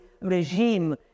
regime